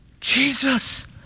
Jesus